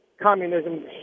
communism